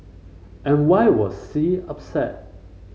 and why was C upset